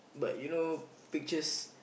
but you know pictures